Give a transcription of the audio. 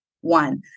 one